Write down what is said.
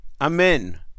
Amen